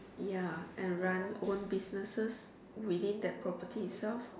ya and run own businesses within the property itself